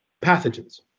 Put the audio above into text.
pathogens